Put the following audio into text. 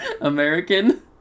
American